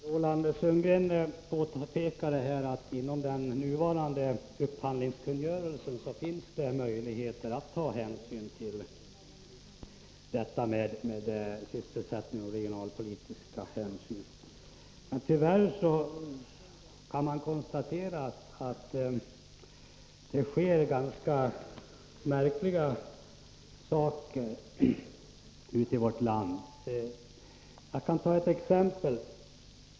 Herr talman! Roland Sundgren påpekade att det inom nuvarande upphandlingskungörelse finns möjligheter till sysselsättningsmässiga och regionalpolitiska hänsynstaganden. Man kan konstatera att det tyvärr sker ganska märkliga saker på detta område i vårt land. Låt mig ta ett exempel.